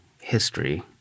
history